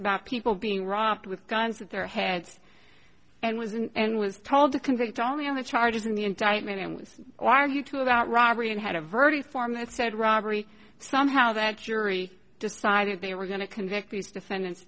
about people being robbed with guns at their heads and was and was told to convict only on the charges in the indictment and was a liar you too about robbery and had a verdict form that said robbery somehow that jury decided they were going to convict these defendants